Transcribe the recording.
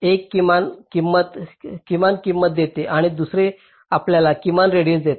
एक आम्हाला किमान किंमत देते आणि दुसरे आपल्याला किमान रेडिएस देते